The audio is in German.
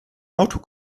auto